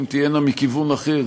אם תהיינה מכיוון אחר,